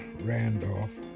Randolph